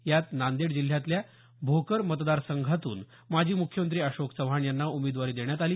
यात नांदेड जिल्ह्यातल्या भोकर मतदारसंघातून माजी मुख्यमंत्री अशोक चव्हाण यांना उमेदवारी देण्यात आली